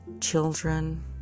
children